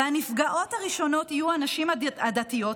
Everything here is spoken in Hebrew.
והנפגעות הראשונות יהיו הנשים הדתיות,